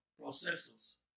processors